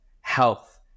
health